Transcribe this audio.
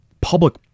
Public